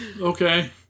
Okay